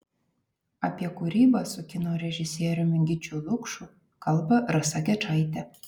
apie kūrybą su kino režisieriumi gyčiu lukšu kalba rasa gečaitė